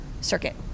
circuit